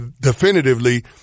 definitively